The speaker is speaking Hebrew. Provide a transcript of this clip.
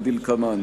כדלקמן: